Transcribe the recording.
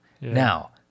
now